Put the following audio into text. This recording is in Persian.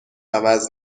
عوض